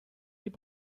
did